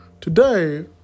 Today